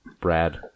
Brad